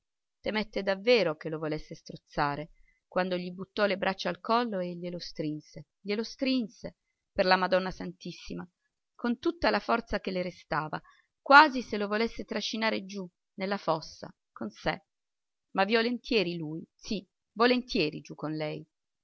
paura temette davvero che lo volesse strozzare quando gli buttò le braccia al collo e glielo strinse glielo strinse per la madonna santissima con tutta la forza che le restava quasi se lo volesse trascinare giù nella fossa con sé ma volentieri lui sì volentieri giù con lei